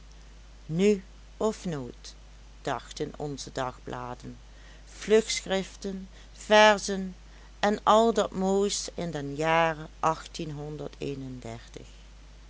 nu of nooit dachten onze dagbladen vlugschriften verzen en al dat moois in den jare